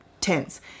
tense